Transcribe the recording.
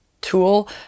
tool